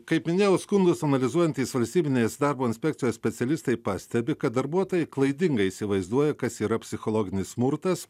kaip minėjau skundus analizuojantys valstybinės darbo inspekcijos specialistai pastebi kad darbuotojai klaidingai įsivaizduoja kas yra psichologinis smurtas